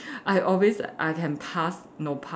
I always I can pass no pass